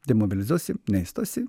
demobilizuosi neįstosi